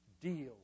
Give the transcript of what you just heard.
deal